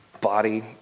body